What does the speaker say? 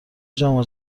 جام